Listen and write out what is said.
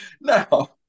now